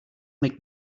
make